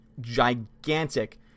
gigantic